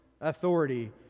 authority